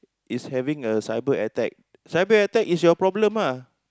is having a cyber attack cyber attack is your problem ah